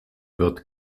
wird